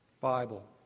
Bible